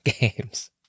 games